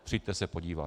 Přijďte se podívat.